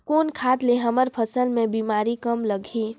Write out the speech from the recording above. कौन खाद ले हमर फसल मे बीमारी कम लगही?